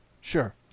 Sure